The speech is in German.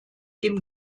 dem